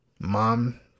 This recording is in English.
mom